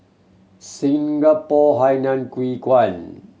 Singapore Hainan Hwee Kuan